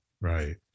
right